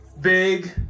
Big